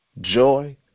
joy